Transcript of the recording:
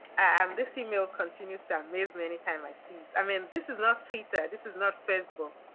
um this email continues to amaze me anytime i see it. i mean this is not tweeted, this is not facebook.